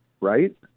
right